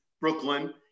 Brooklyn